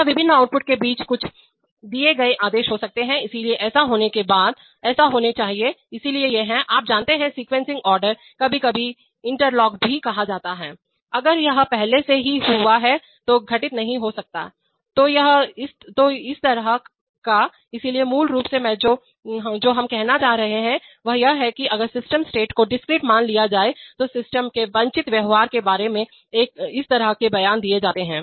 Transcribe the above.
या विभिन्न आउटपुट के बीच कुछ दिए गए आदेश हो सकते हैं इसलिए ऐसा होने के बाद ऐसा होना चाहिए इसलिए ये हैं आप जानते हैं सीक्वेंसिंग ऑर्डरकभी कभी इंटरलॉक भी कहा जाता है अगर यह पहले से ही हुआ है जो घटित नहीं हो सकता है तो इस तरह का इसलिए मूल रूप से मैं जो जो हम कहना चाह रहे हैं वह यह है कि अगर सिस्टम स्टेट को डिस्क्रीट मान लिया जाए तो सिस्टम के वांछित व्यवहार के बारे में इस तरह के बयान दिए जाते हैं